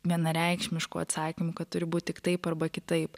vienareikšmiškų atsakymų kad turi būt tik taip arba kitaip